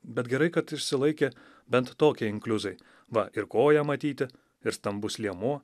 bet gerai kad išsilaikė bent tokie inkliuzai va ir koja matyti ir stambus liemuo